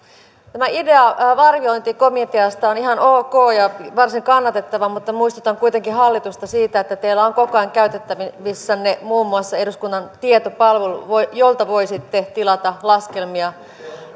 tämä idea arviointikomiteasta on ihan ok ja varsin kannatettava mutta muistutan kuitenkin hallitusta siitä että teillä on koko ajan käytettävissänne muun muassa eduskunnan tietopalvelu jolta voisitte tilata laskelmia